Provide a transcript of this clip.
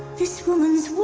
this woman's.